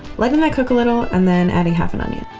letting that cook a little, and then adding half an onion.